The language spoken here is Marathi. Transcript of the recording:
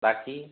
बाकी